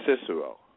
Cicero